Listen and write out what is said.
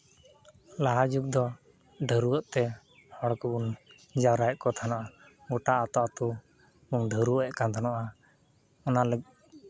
ᱞᱟᱦᱟ ᱡᱩᱜᱽ ᱫᱚ ᱰᱷᱟᱹᱨᱣᱟᱹᱜ ᱛᱮ ᱦᱚᱲ ᱠᱚᱵᱚᱱ ᱡᱟᱣᱨᱟᱭᱮᱫ ᱠᱚ ᱛᱟᱦᱮᱱᱚᱜᱼᱟ ᱜᱚᱴᱟ ᱟᱛᱩ ᱟᱛᱩ ᱵᱚᱱ ᱰᱷᱟᱹᱨᱣᱟᱹᱜ ᱮᱫ ᱛᱟᱦᱮᱱᱚᱜᱼᱟ ᱚᱱᱟ ᱞᱮᱠᱟ